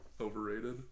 overrated